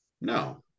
No